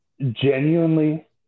genuinely